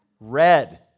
red